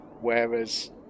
Whereas